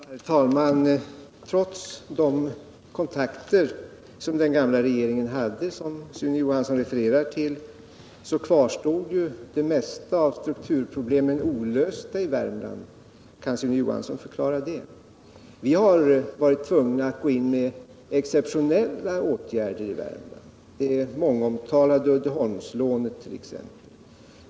Herr talman! Trots de kontakter som den gamla regeringen hade, som Sune Johansson refererar till, kvarstod det mesta av strukturproblemen olösta i Värmland. Kan Sune Johansson förklara det? Vi har varit tvungna att gå in med exceptionella åtgärder i Värmland, t.ex. det mångomtalade Uddeholmslånet.